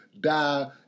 die